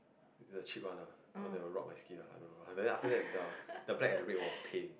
is the cheap one lah the one that will rot my skin lah I don't know then after that the the black and red will paint